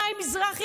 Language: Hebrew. חיים מזרחי,